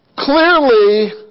clearly